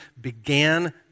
began